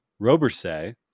Robersay